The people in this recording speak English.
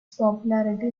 popularity